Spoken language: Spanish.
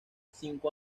cinco